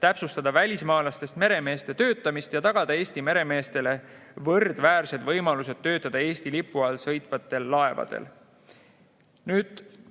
täpsustada välismaalastest meremeeste töötamist ja tagada Eesti meremeestele võrdväärsed võimalused töötada Eesti lipu all sõitvatel laevadel.